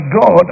God